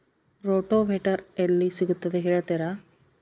Rotavator ಎಲ್ಲಿ ಸಿಗುತ್ತದೆ ಹೇಳ್ತೇರಾ?